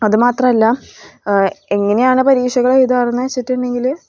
അത് മാത്രമല്ല എങ്ങനെയാണ് പരീക്ഷകൾ എഴുതുകയെന്ന് വെച്ചിട്ടുണ്ടെങ്കിൽ